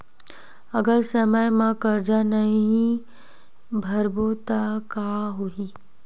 अगर समय मा कर्जा नहीं भरबों का होई?